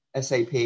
SAP